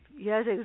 Yes